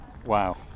Wow